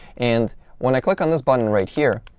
and when i click on this button right here,